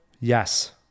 Yes